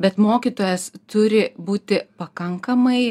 bet mokytojas turi būti pakankamai